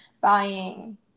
buying